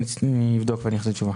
אנחנו נבדוק ונחזיר תשובה.